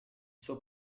suo